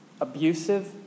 abusive